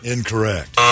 Incorrect